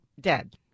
dead